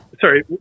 Sorry